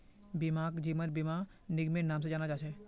बीमाक जीवन बीमा निगमेर नाम से जाना जा छे